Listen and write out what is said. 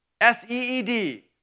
S-E-E-D